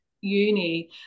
uni